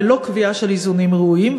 ללא קביעה של איזונים ראויים,